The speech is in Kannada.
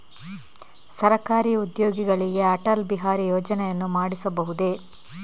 ಸರಕಾರಿ ಉದ್ಯೋಗಿಗಳಿಗೆ ಅಟಲ್ ಬಿಹಾರಿ ಯೋಜನೆಯನ್ನು ಮಾಡಿಸಬಹುದೇ?